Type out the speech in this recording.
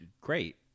great